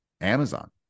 amazon